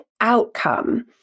outcome